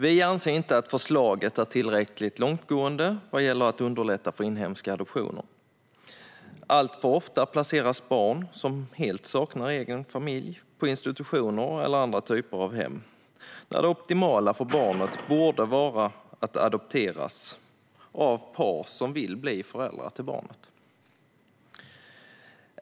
Vi anser inte att förslaget är tillräckligt långtgående vad gäller att underlätta för inhemska adoptioner. Alltför ofta placeras barn som helt saknar egen familj på institutioner eller andra typer av hem när det optimala för barnet borde vara att adopteras av par som vill bli föräldrar till barnet.